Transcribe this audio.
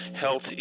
health